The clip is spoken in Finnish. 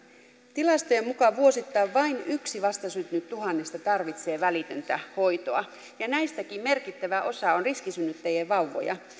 tilastojen mukaan vuosittain vain yksi vastasyntynyt tuhannesta tarvitsee välitöntä hoitoa ja näistäkin merkittävä osa on riskisynnyttäjien vauvoja